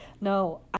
No